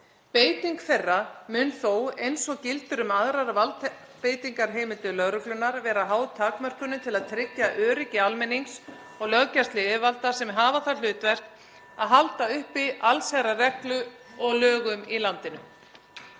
Beiting þeirra mun þó, eins og gildir um aðrar valdbeitingarheimildir lögreglunnar, vera háð takmörkunum til að tryggja öryggi almennings og löggæsluyfirvalda sem hafa það hlutverk að halda uppi allsherjarreglu og lögum í landinu.